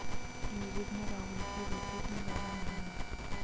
music में राहुल की रुचि इतनी ज्यादा नहीं है